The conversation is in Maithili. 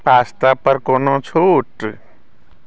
पास्ता पर कोनो छूट